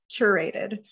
curated